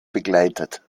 begleitet